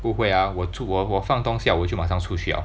不会啊我住我我放东西 liao 我就马上出去 liao